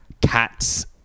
cats